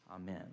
Amen